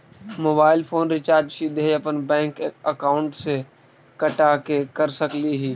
Mobile phone recharge सीधे अपन bank account से कटा के कर सकली ही?